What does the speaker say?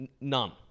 none